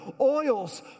oils